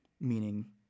meaning